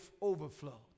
overflow